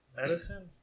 Medicine